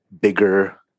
bigger